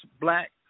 black